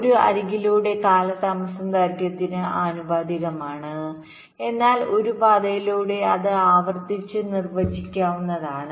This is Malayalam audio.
ഒരു അരികിലൂടെയുള്ള കാലതാമസം ദൈർഘ്യത്തിന് ആനുപാതികമാണ് എന്നാൽ ഒരു പാതയിലൂടെ അത് ആവർത്തിച്ച് നിർവ്വചിക്കാവുന്നതാണ്